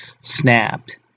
snapped